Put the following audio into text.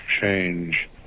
change